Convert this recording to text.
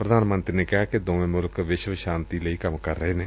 ਪ੍ਰਧਾਨ ਮੰਤਰੀ ਨੇ ਕਿਹਾ ਕਿ ਦੋਵੇ ਮੁਲਕ ਵਿਸ਼ਵ ਸ਼ਾਂਤੀ ਲਈ ਕੰਮ ਕਰ ਰਹੇ ਨੇ